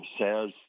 says